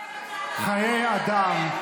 חיי אדם".